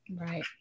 Right